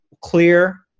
clear